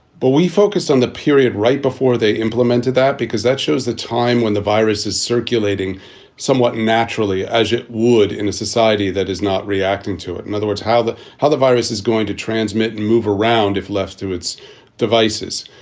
but we focus on the period right before they implemented that, because that shows the time when the virus is circulating somewhat naturally as it would in a society that is not reacting to it. in other words, how the how the virus is going to transmit and move around if left to its devices.